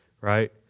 right